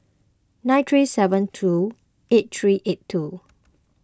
nine three seven two eight three eight two